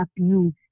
abuse